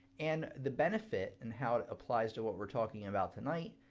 and the benefit and how it applies to what we're talking about tonight.